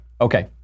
Okay